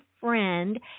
friend